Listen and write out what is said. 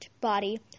body